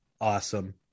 awesome